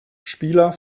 spieler